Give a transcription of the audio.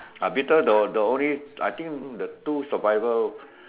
ah Beatles the the only the only I think the two survivor